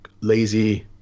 lazy